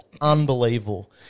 unbelievable